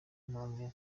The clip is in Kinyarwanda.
mpamvu